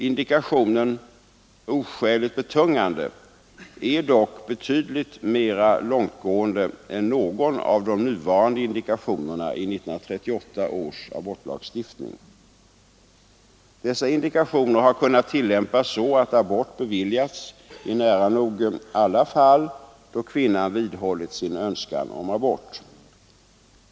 Indikationen ”oskäligt betungande” är dock betydligt mera långtgående än någon av de nuvarande indikationerna i 1938 års abortlagstiftning. Dessa indikationer har kunnat tillämpas så att abort beviljats i nära nog alla fall då kvinnan vid hållit sin önskan om abort.